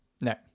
No